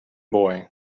boy